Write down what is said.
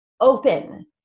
open